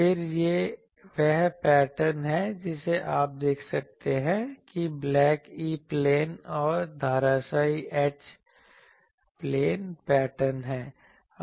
फिर यह वह पैटर्न है जिसे आप देखते हैं कि ब्लैक E प्लेन है और धराशायी H प्लेन पैटर्न है